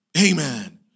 Amen